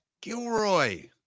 Gilroy